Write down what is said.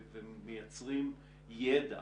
ומייצרים ידע